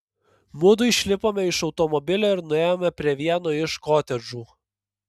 mudu išlipome iš automobilio ir nuėjome prie vieno iš kotedžų